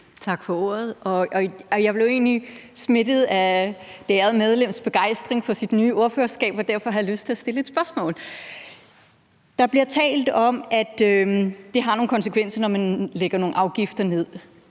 Tak for ordet. Jeg blev egentlig smittet af det ærede medlems begejstring for sit nye ordførerskab, og derfor har jeg lyst til at stille et spørgsmål. Der bliver talt om, at det har nogle konsekvenser, når man pålægger nogle afgifter.